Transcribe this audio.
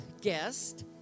guest